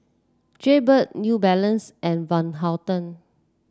Jaybird New Balance and Van Houten